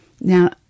Now